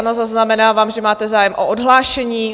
Ano, zaznamenávám, že máte zájem o odhlášení.